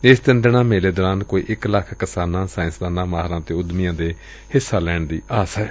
ਏਸ ਤਿੰਨ ਦਿਨਾਂ ਮੇਲੇ ਚ ਕੋਈ ਇਕ ਲੱਖ ਕਿਸਾਨਾਂ ਸਾਇੰਸਦਾਨਾਂ ਮਾਹਿਰਾਂ ਅਤੇ ਉਦਮੀਆਂ ਦੇ ਹਿੱਸਾ ਲੈਣ ਦੀ ਆਸ ਏ